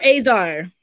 Azar